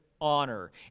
honor